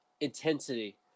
intensity